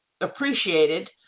appreciated